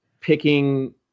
picking